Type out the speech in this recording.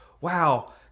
wow